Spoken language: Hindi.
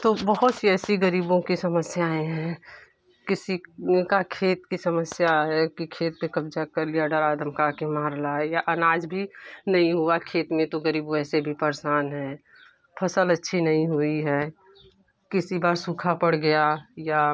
तो बहुत सी ऐसी गरीबों की समस्याएँ हैं किसी ने कहा खेत की समस्या है कि खेत पे कब्जा कर लिया डरा धमका कर मार रहा है या अनाज भी नहीं हुआ खेत में तो गरीब वैसे भी परेशान है फसल अच्छी नहीं हुई है किसी बार सूखा पड़ गया या